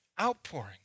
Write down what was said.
outpouring